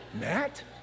Matt